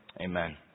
amen